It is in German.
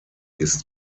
ist